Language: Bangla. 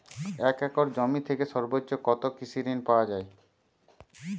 এক একর জমি থেকে সর্বোচ্চ কত কৃষিঋণ পাওয়া য়ায়?